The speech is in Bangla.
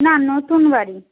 না নতুন বাড়ি